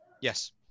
Yes